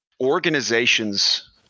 organizations